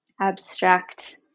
abstract